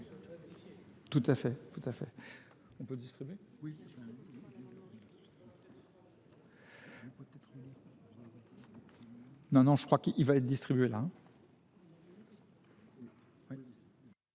tout à fait